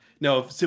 No